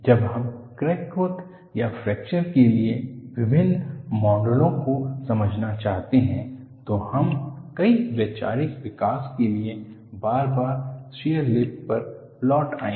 जब हम crack growth या फ्रैक्चर के लिए विभिन्न मॉडलों को समझना चाहते हैं तो हम कई वैचारिक विकास के लिए बार बार शियर लिप पर लौट आएंगे